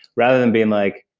rather than being like,